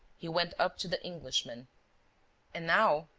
he went up to the englishman and now,